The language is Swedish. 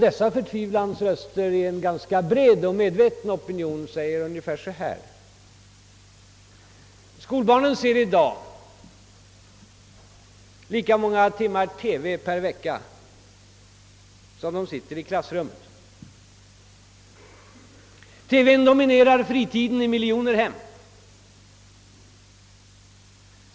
Dessa förtvivlans röster i en ganska bred och medveten opinion säger så här: Skolbarnen ser i dag TV lika många timmar per vecka som de sitter i klassrummen. TV:n dominerar fritiden i miljoner hem.